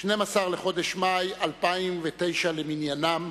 12 לחודש מאי 2009 למניינם.